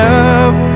up